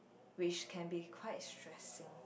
which can be quite stressing